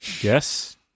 Yes